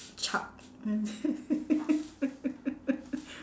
chuck